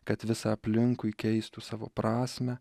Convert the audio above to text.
kad visa aplinkui keistų savo prasmę